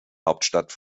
hauptstadt